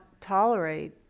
tolerate